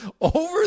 Over